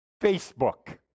Facebook